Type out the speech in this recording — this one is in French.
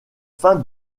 fin